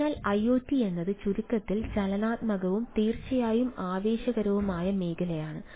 അതിനാൽ IoT എന്നത് ചുരുക്കത്തിൽ ചലനാത്മകവും തീർച്ചയായും ആവേശകരവുമായ മേഖലയാണ്